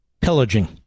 pillaging